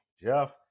Jeff